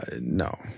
No